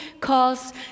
cause